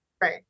Right